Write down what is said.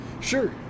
Sure